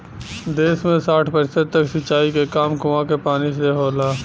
देस में साठ प्रतिशत तक सिंचाई के काम कूंआ के पानी से होला